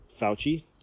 Fauci